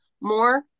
more